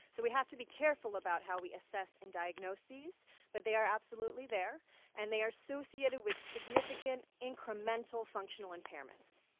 so we have to be careful about how we assess and diagnose these but they are absolutely there and they are associated with significant incremental functional impairments.